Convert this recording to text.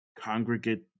congregate